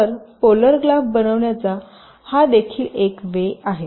तर polar graph बनवण्याचा हा देखील एक वे आहे